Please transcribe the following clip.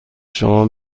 شما